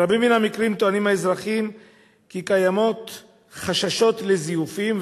ברבים מן המקרים טוענים האזרחים כי קיימים חששות לזיופים,